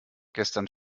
gestern